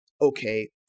Okay